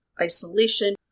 isolation